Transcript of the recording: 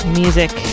music